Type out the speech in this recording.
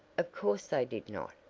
of course they did not,